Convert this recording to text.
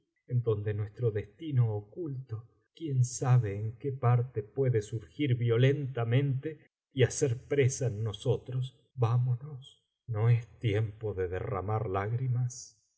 en donde nuestro destino oculto quien sabe en qué parte puede surgir violentamente y hacer presa en nosotros vamonos no es tiempo de derramar lágrimas